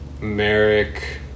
merrick